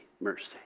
mercy